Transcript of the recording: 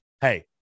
Hey